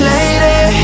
Lady